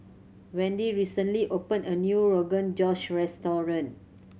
Wendy recently opened a new Rogan Josh Restaurant